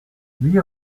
huit